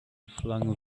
flung